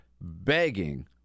begging